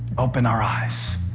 open our eyes.